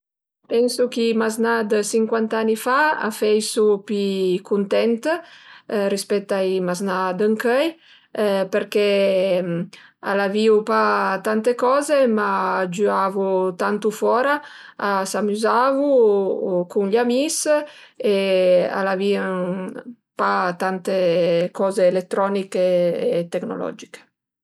Pensu ch'i maznà dë sincuant'ani fa a feisu pi cuntent rispet ai maznà d'ëncöi përché al avìu pa tante coze, ma a giüavu tantu fora, a s'amüzavo cun gl'amis e al aviën pa tante coze eletroniche e tecnologiche